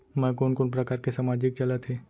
मैं कोन कोन प्रकार के सामाजिक चलत हे?